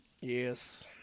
yes